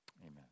amen